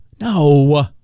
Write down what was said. no